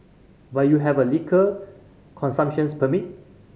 but you have a liquor consumptions permit